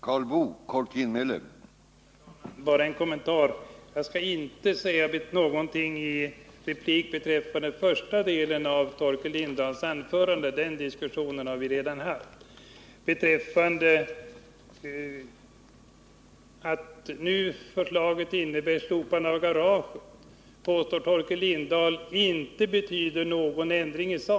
Herr talman! Jag vill bara göra en kort kommentar, och jag skall därvid inte gå in i replik beträffande första delen av Torkel Lindahls anförande — den diskussionen har vi redan fört. Att det nu föreliggande förslaget innebär ett slopande av parkeringsgaraget påstår Torkel Lindahl inte betyder någon ändring i sak.